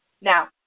Now